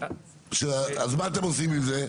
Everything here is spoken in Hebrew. אז מה אתם עושים עם זה?